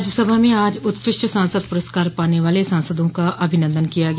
राज्यसभा में आज उत्कृष्ट सांसद पुरस्कार पाने वाले सांसदों का अभिनदन किया गया